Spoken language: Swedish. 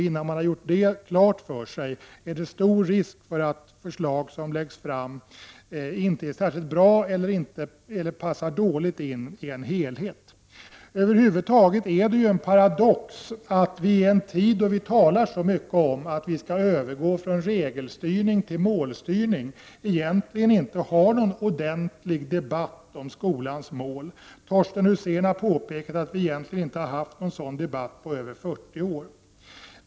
Innan man har gjort det klart för sig är det stor risk för att förslag som läggs fram inte är särskilt bra eller passar dåligt in i en helhet. Över huvud taget är det en paradox att vi i en tid då vi talar så mycket om att vi skall övergå från regelstyrning till målstyrning egentligen inte har någon ordentlig debatt om skolans mål. Torsten Husén har påpekat att vi egentligen inte har haft någon sådan debatt på över 40 år.